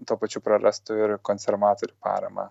tuo pačiu prarastų ir konservatorių paramą